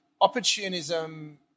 opportunism